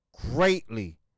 greatly